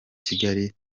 kigali